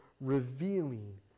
revealing